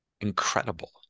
incredible